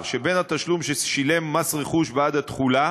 שבין התשלום ששילם מס רכוש בעד התכולה